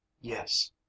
Yes